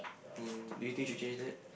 mm do you think should change that